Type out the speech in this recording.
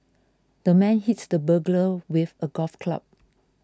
the man hit the burglar with a golf club